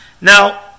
Now